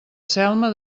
selma